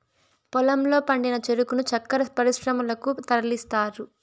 పొలంలో పండిన చెరుకును చక్కర పరిశ్రమలకు తరలిస్తారు